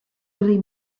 early